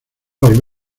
los